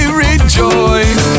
rejoice